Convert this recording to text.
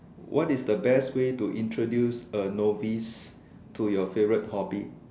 what is the best way to introduce a novice to your favourite hobby